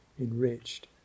enriched